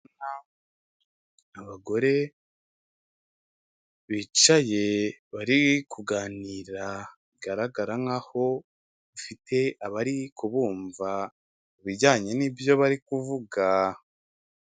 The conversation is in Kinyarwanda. Abagore bicaye bari kuganira, bigaragara nkaho bafite abari kubumva ku bijyanye n'ibyo bari kuvuga.